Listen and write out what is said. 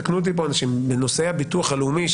יתקנו אותי פה אנשים בנושא הביטוח הלאומי,